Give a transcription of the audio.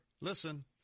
listen